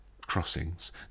crossings